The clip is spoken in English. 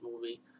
movie